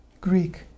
Greek